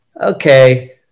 okay